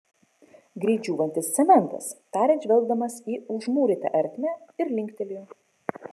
greit džiūvantis cementas tarė žvelgdamas į užmūrytą ertmę ir linktelėjo